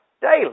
daily